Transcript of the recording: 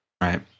Right